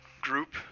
group